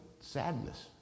sadness